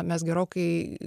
mes gerokai